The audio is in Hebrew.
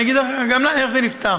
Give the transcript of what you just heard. אני אגיד לך גם איך זה נפתר,